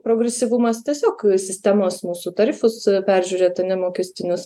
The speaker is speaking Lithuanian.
progresyvumas tiesiog sistemos mūsų tarifus peržiūrėtų nemokistinius